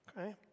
okay